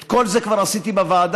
את כל זה כבר עשיתי בוועדה,